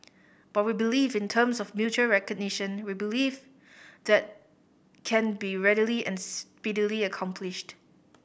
but we believe in terms of mutual recognition we believe that can be readily and speedily accomplished